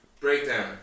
Breakdown